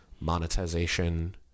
monetization